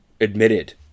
admitted